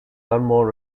dunmore